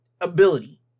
ability